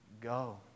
go